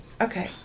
Okay